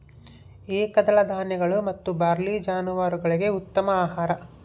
ಏಕದಳ ಧಾನ್ಯಗಳು ಮತ್ತು ಬಾರ್ಲಿ ಜಾನುವಾರುಗುಳ್ಗೆ ಉತ್ತಮ ಆಹಾರ